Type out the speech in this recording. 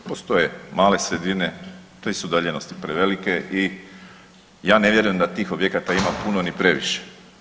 Postoje male sredine, te su udaljenosti prevelike i ja ne vjerujem da tih objekata ima puno ni previše.